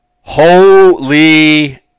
Holy